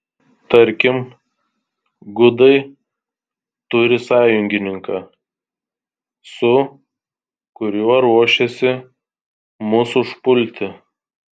tarkim gudai turi sąjungininką su kuriuo ruošiasi mus užpulti